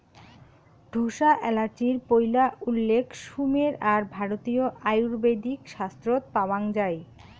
ঢোসা এ্যালাচির পৈলা উল্লেখ সুমের আর ভারতীয় আয়ুর্বেদিক শাস্ত্রত পাওয়াং যাই